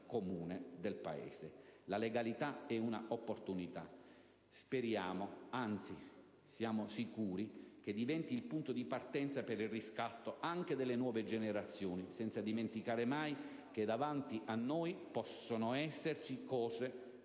comune del Paese. La legalità è un'opportunità. Speriamo, anzi siamo sicuri, diventi il punto di partenza per il riscatto delle nuove generazioni, senza dimenticare mai che davanti a noi possono esserci cose